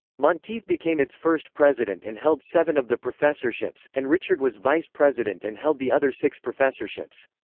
monteith became its first president and held seven of the professorships, and richard was vice president and held the other six professorships.